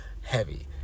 heavy